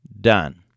done